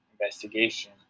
investigation